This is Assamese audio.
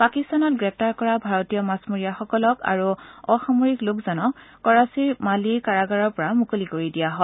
পাকিস্তানত গ্ৰেপ্তাৰ কৰা ভাৰতীয় মাছমৰীয়াসকলক আৰু অসামৰিক লোকজনক কৰাচীৰ মালিৰ কাৰাগাৰৰ পৰা মুকলি কৰি দিয়া হয়